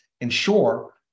ensure